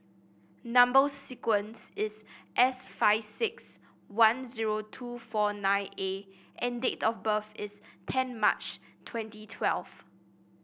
number sequence is S five six one zero two four nine A and date of birth is ten March twenty twelve